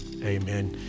Amen